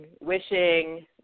wishing